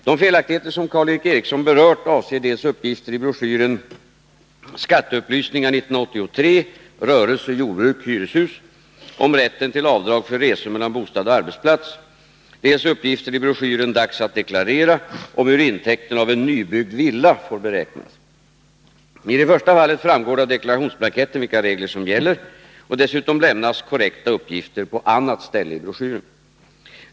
De felaktigheter som Karl Erik Eriksson berört avser dels uppgifter i broschyren ”Skatteupplysningar 1983 — rörelse, jordbruk, hyreshus” om rätten till avdrag för resor mellan bostad och arbetsplats, dels uppgifter i broschyren ”Dags att deklarera” om hur intäkten av en nybyggd villa får beräknas. I det första fallet framgår det av deklarationsblanketten vilka regler som gäller, och dessutom lämnas korrekta uppgifter på annat ställe i broschyren.